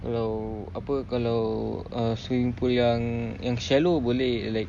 kalau apa kalau uh swimming pool yang shallow boleh like